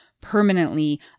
permanently